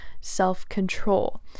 self-control